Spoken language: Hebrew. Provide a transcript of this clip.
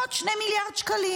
לפחות 2 מיליארד שקלים,